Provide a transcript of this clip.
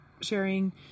sharing